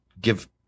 give